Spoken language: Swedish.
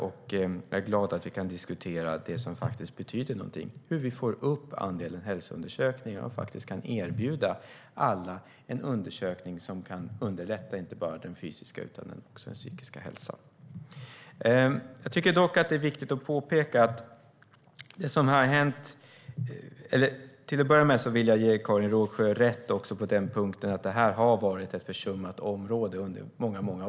Jag är glad över att vi kan diskutera det som faktiskt betyder någonting: hur vi får upp andelen hälsoundersökningar och kan erbjuda alla en undersökning som kan underlätta inte bara den fysiska hälsan utan också den psykiska hälsan. Jag vill ge Karin Rågsjö rätt på den punkten att det här har varit ett försummat område under många år.